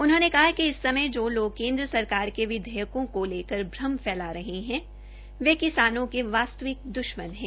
उन्होंने कहा कि इस समय जो लोग केन्द्र सरकार के विधेयकों को लेकर भ्रम फैसला रहे है वे किसानों के वास्तविक द्श्मन है